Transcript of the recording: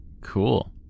cool